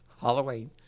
Halloween